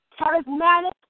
Charismatic